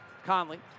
Conley